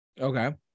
Okay